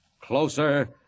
Closer